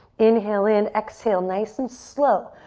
inhale in, exhale, nice and slow,